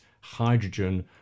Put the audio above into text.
hydrogen